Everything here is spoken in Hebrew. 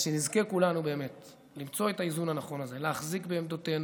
אז שנזכה כולנו למצוא את האיזון הנכון הזה: להחזיק בעמדותינו,